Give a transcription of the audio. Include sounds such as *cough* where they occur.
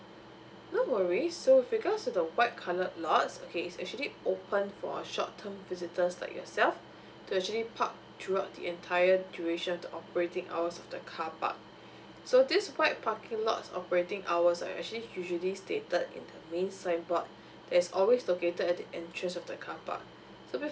no worries so with regards to the white coloured lots okay it is actually open for short term visitors like yourself to actually park throughout the entire duration of the operating hours of the carpark *breath* so this white parking lots operating hours are actually usually stated in the main signboard *breath* that is always located at the entrance of the carpark so